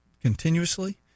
continuously